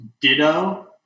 Ditto